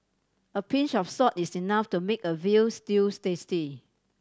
a pinch of salt is enough to make a veal stews tasty